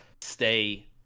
stay